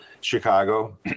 Chicago